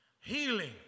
Healing